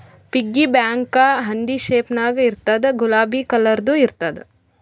piggy bank ಹಂದಿ shape ನಾಗ್ ಇರ್ತುದ್ ಗುಲಾಬಿ ಕಲರ್ದು ಇರ್ತುದ್